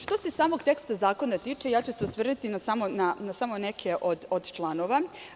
Što se samog teksta zakona tiče, ja ću se osvrnuti na samo neke od članova.